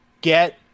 get